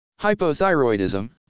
Hypothyroidism